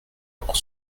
pour